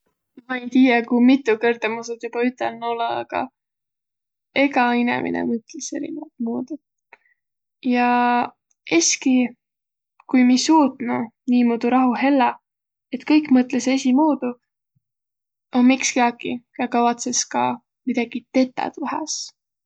Ma-i tiiäq, ku mitu kõrda ma sjood joba ütelnü olõ, agaq egä inemine mõtlõs erinevät muudu. Ja es'ki kui mi suutnuq niimuudu rahuh elläq, et kõik mõtlõsõq esimuudu, om iks kiäki, kiä kavatsõs ka midägiq tetäq tuu hääs.